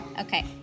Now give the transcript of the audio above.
Okay